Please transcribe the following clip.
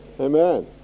Amen